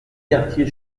quartier